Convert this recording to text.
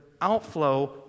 outflow